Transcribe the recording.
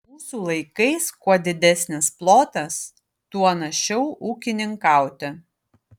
mūsų laikais kuo didesnis plotas tuo našiau ūkininkauti